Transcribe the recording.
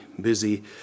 busy